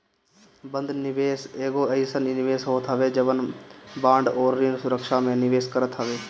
बंध निवेश एगो अइसन निवेश होत हवे जवन बांड अउरी ऋण सुरक्षा में निवेश करत हवे